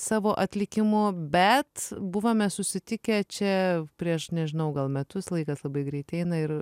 savo atlikimu bet buvome susitikę čia prieš nežinau gal metus laikas labai greit eina ir